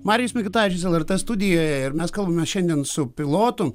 marijus mikutavičius lrt studijoje ir mes kalbame šiandien su pilotu